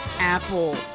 Apple